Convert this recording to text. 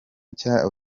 nshya